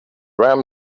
ram